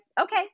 okay